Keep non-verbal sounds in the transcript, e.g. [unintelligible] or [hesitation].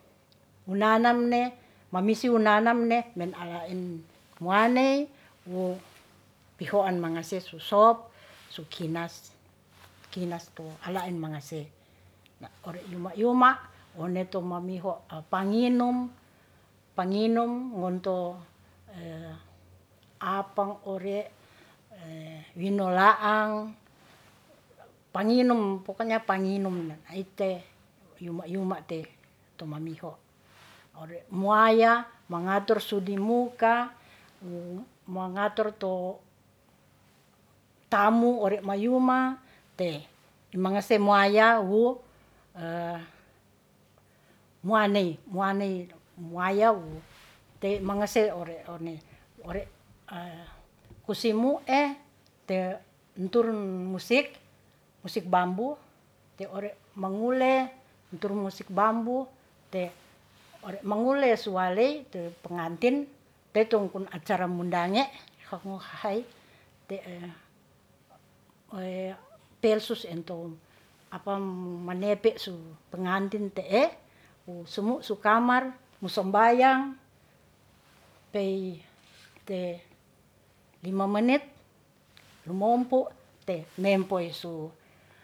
Munanam ne mamisi wunanamne men alaen waney wu pihoan mangase su sop su kinas kinas alaen mangase ore yuma yuma one to mamiho panginum ngonto apang ore, winolaang, panginum pokonya panginum te yuma yuma te to mamiho ore muaya mangatur su di muka wu mangatur to tamu ore mayuma te mangase muwaya wu, muwanei muwanei muwaya wu te mangase ore one kusimu [hesitation] te nturun musik musik bambu te ore mangule nturun musik bambu te ore mangule suwalei te pengantin te tong kun acara mundange [unintelligible] te, pelsus ento apa mumanepe su pengantin te'e wu sumu' su kamar mu sombayang pei te lima menit lumompu te nempoe su